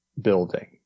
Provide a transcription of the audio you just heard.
building